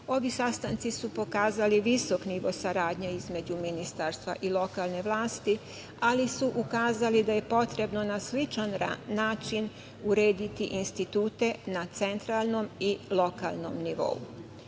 Ovi sastanci su pokazali visok nivo saradnje između Ministarstva i lokalne vlasti, ali su ukazali da je potrebno na sličan način urediti institute na centralnom i lokalnom nivou.